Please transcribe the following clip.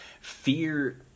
fear